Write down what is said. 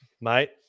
Mate